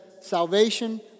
salvation